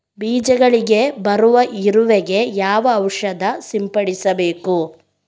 ಬೀಜಗಳಿಗೆ ಬರುವ ಇರುವೆ ಗೆ ಯಾವ ಔಷಧ ಸಿಂಪಡಿಸಬೇಕು?